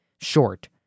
short